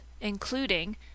including